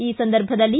ಈ ಸಂದರ್ಭದಲ್ಲಿ